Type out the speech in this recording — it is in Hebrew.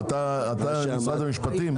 אתה משרד המשפטים?